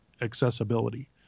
accessibility